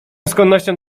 skłonnością